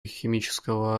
химического